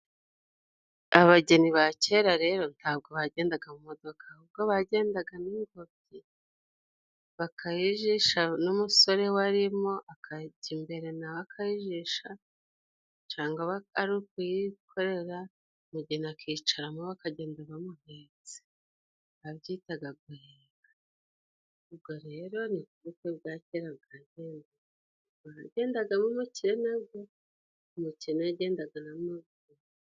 Abageni ba kera rero ntabwo bagendaga mu modoka, uhuwo bagendaga n'ingobyi bakayijisha n'umusore arimo, akayigenda imbere nawe akayijisha, cyangwa ari ukuyikorera umugeni akicaramo bakagenda bamuhetse, babyitaga guheka. Ubwo rero ni ubukwe bwa kera bwagendagamo uw'umukire, naho umukene yagendaga na'maguru.